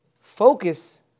focus